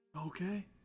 Okay